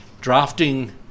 drafting